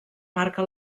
marca